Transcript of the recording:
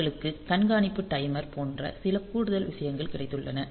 அவர்களுக்கு கண்காணிப்பு டைமர் போன்ற சில கூடுதல் விஷயங்கள் கிடைத்துள்ளன